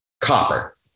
copper